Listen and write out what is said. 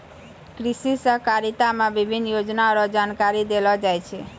कृषि सहकारिता मे विभिन्न योजना रो जानकारी देलो जाय छै